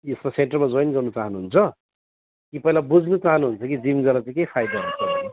यसमा सेन्टरमा जोइन गर्नु चाहनुहुन्छ कि पहिला बुझ्नु चाहनुहुन्छ कि जिम जाँदा चाहिँ के फाइदा हुन्छ